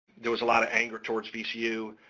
there was a lot of anger towards vcu,